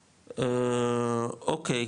אוקי,